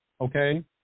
Okay